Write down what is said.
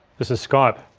this is skype,